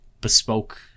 bespoke